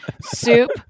soup